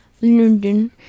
london